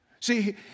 See